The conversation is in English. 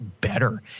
better